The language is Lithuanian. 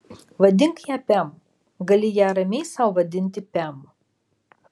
vadink ją pem gali ją ramiai sau vadinti pem